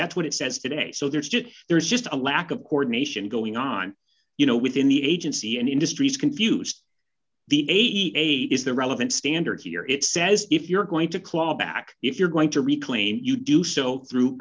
that's what it says today so there's just there's just a lack of coordination going on you know within the agency and industries confused the eighty eight dollars is the relevant standard here it says if you're going to claw back if you're going to reclaim you do so through